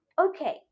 Okay